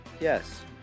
Yes